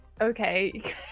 okay